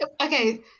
Okay